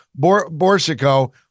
Borsico